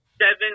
seven